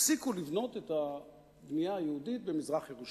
הפסיקו את הבנייה היהודית במזרח-ירושלים.